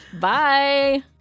Bye